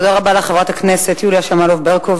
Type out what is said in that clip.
תודה רבה לחברת הכנסת יוליה שמאלוב-ברקוביץ.